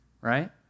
right